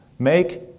Make